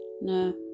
No